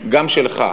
גם שלך,